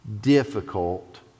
difficult